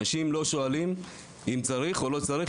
אנשים לא שואלים אם צריך או לא צריך,